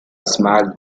smiled